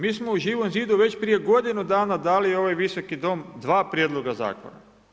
Mi smo u Živom zidu već prije godinu dana u ovaj Visoki dom 2 prijedloga zakona.